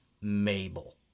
Mabel